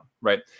Right